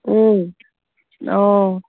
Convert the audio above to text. অঁ